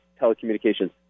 Telecommunications